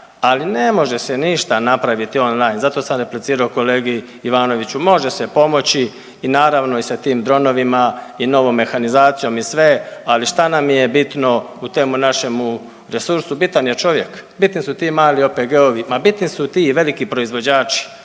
ali ne može se ništa napraviti ono naj, zato sam replicirao kolegi Ivanoviću, može se pomoći i naravno i sa tim dronovima i novom mehanizacijom i sve, ali šta nam je bitno u temu našemu resursu. Bitan je čovjek. Bitni su ti mali OPG-ovi, ma bitni su ti i veliki proizvođači.